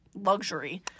Luxury